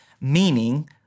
meaning